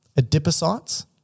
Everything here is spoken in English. Adipocytes